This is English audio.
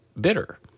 bitter